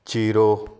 zero